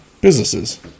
businesses